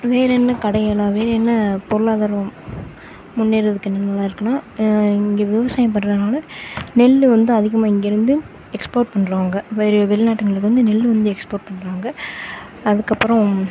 வேற என்ன கடைகள்னாவே என்ன பொருளாதாரம் முன்னேறுறதுக்கு என்னென்னலாம் இருக்குனா இங்கே விவசாயம் பண்றதுனால நெல் வந்து அதிகமாக இங்கேருந்து எக்ஸ்போர்ட் பண்ணுறாங்க வெளிநாடுங்களுக்கு வந்து நெல் வந்து எக்ஸ்போர்ட் பண்ணுறாங்க அதுக்கப்பறம்